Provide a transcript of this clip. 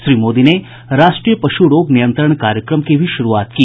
श्री मोदी ने राष्ट्रीय पशु रोग नियंत्रण कार्यक्रम की भी शुरूआत की